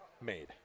made